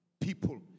people